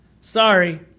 sorry